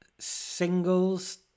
singles